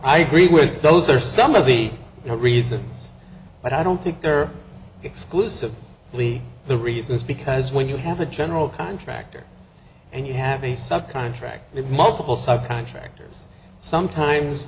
i agree with those are some of the reasons but i don't think they are exclusive really the reason is because when you have a general contractor and you have a sub contract with multiple sub contractors sometimes